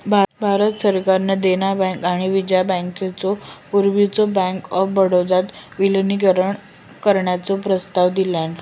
भारत सरकारान देना बँक आणि विजया बँकेचो पूर्वीच्यो बँक ऑफ बडोदात विलीनीकरण करण्याचो प्रस्ताव दिलान